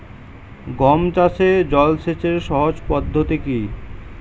গম চাষে জল সেচের সহজ পদ্ধতি কি?